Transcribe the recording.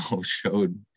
showed